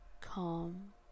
calm